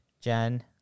Jen